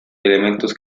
elementos